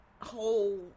whole